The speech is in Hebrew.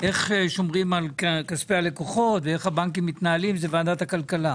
איך שומרים על כספי הלקוחות ואיך הבנקים מתנהלים זה ועדת הכלכלה.